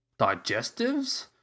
digestives